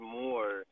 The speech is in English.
more